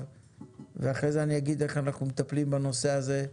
ואחרי זה אגיד איך אנחנו מטפלים בנושא הזה,